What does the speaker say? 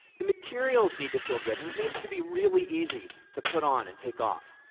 the materials need to feel good. and it needs to be really easy to put on and take off.